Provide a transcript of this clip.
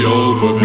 over